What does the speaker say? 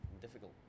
difficult